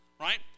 Right